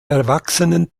erwachsenen